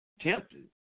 tempted